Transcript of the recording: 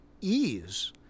ease